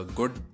good